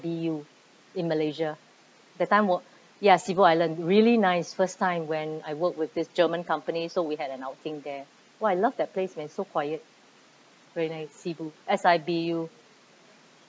B U in malaysia that time wo~ ya sibu island really nice first time when I work with this german company so we had an outing there !wah! I love that place man so quiet very nice sibu S I B U